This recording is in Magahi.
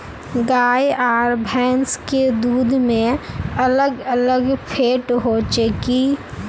गाय आर भैंस के दूध में अलग अलग फेट होचे की?